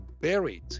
buried